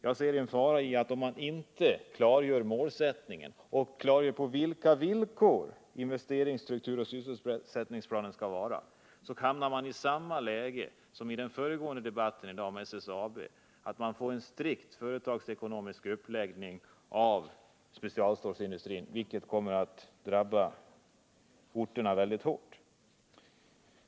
Jag ser en fara i att om man inte klargör målsättningen för investerings-, strukturoch sysselsättningsplanen liksom frågan om på vilka villkor den skall grundas, så hamnar man i samma läge när det gäller specialstålsindustrin som blev fallet för SSAB genom det nyss fattade beslutet, nämligen att man får en strikt företagsekonomisk uppläggning av verksamheten, något som kommer att drabba de berörda orterna mycket hårt.